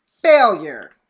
failure